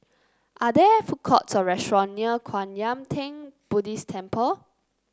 are there food courts or restaurant near Kwan Yam Theng Buddhist Temple